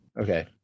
Okay